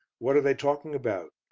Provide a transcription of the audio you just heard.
what are they talking about?